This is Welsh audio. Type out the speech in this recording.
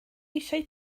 eisiau